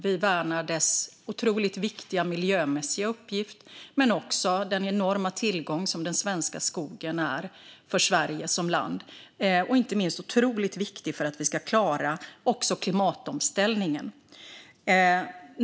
Vi värnar dess otroligt viktiga miljömässiga uppgift men också den enorma tillgång som den svenska skogen är för Sverige som land. Inte minst är den otroligt viktig för att vi ska klara klimatomställningen.